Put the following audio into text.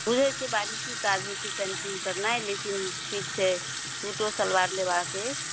बुझै छियै बारीकी काज होइ छै पेन्टिंग करनाइ लेकिन ठीक छै शूटो सलवार लेबाक अछि